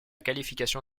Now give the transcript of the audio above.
qualification